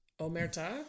Omerta